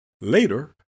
Later